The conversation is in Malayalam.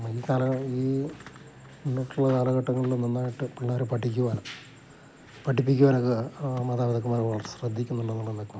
ഈ കാലയളവിൽ ഈ മുന്നോട്ടുള്ള കാലഘട്ടങ്ങളില് നന്നായിട്ട് പിള്ളാര് പഠിക്കുവാനും പഠിപ്പിക്കുവാനുമൊക്കെ മാതാപിതാക്കന്മാര് വളരെ ശ്രദ്ധിക്കുന്നുണ്ടെന്നുള്ളത് വ്യക്തമാണ്